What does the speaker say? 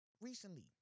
recently